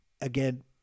Again